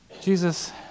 Jesus